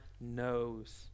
knows